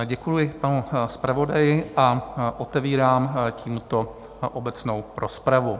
Děkuji panu zpravodaji a otevírám tímto obecnou rozpravu.